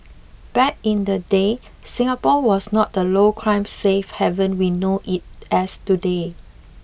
back in the day Singapore was not the low crime safe haven we know it as today